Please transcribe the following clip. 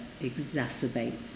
exacerbates